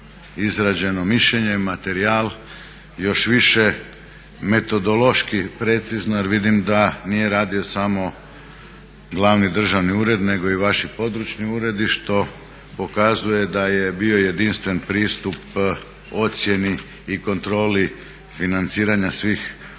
izrađeno mišljenje, materijal, još više metodološki precizno jer vidim da nije radio samo glavni državni ured nego i vaši područni uredi što pokazuje da je bio jedinstven pristup ocjeni i kontroli financiranja svih